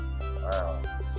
Wow